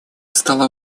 стало